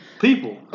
people